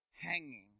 hanging